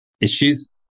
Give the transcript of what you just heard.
issues